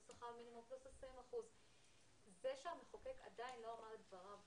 ושכר מינימום פלוס 20%. זה שהמחוקק עדיין לא אמר את דבריו,